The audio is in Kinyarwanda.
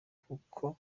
kuko